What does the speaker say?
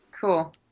Cool